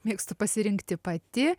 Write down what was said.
mėgstu pasirinkti pati